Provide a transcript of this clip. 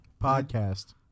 podcast